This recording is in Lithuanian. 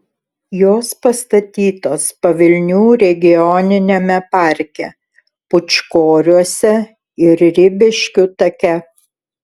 jos pastatytos pavilnių regioniniame parke pūčkoriuose ir ribiškių take